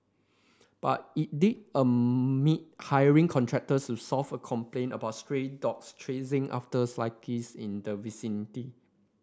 but it did admit hiring contractors to solve a complaint about stray dogs chasing after cyclist in the vicinity